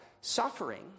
suffering